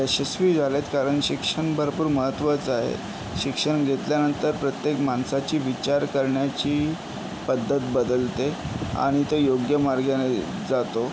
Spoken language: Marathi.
यशस्वी झालेत कारण शिक्षण भरपूर महत्त्वाचं आहे शिक्षण घेतल्यानंतर प्रत्येक माणसाची विचार करण्याची पद्धत बदलते आणि तो योग्य मार्गाने जातो